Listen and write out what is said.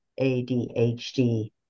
adhd